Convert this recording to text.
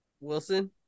wilson